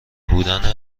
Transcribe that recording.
بودن